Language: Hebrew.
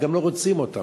וגם לא רוצים אותם,